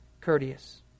courteous